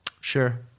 sure